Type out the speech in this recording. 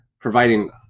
providing